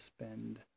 spend